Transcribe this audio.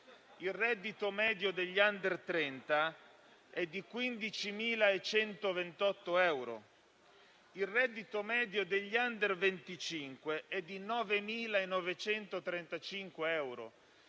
il reddito medio degli *under* 30 è di 15.128 euro; il reddito medio degli *under* 25 è di 9.935 euro.